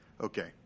Okay